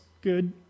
good